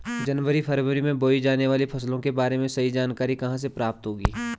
जनवरी फरवरी में बोई जाने वाली फसलों के बारे में सही जानकारी कहाँ से प्राप्त होगी?